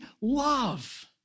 love